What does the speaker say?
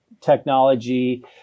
technology